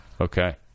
Okay